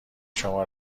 شما